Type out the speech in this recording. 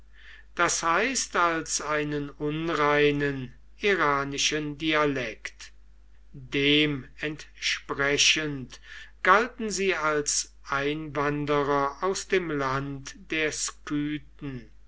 das heißt als einen unreinen iranischen dialekt dem entsprechend galten sie als einwanderer aus dem land der skythen